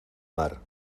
mar